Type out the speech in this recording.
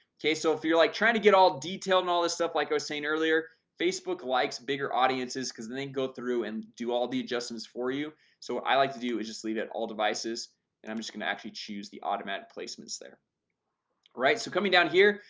okay so if you're like trying to get all details and all this stuff like i was saying earlier facebook likes bigger audiences cuz then go through and do all the adjustments for you so i like to do is just leave it all devices and i'm just gonna actually choose the automatic placements there right. so coming down here.